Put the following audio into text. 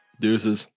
Deuces